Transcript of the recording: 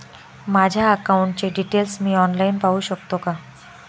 माझ्या अकाउंटचे डिटेल्स मी ऑनलाईन पाहू शकतो का?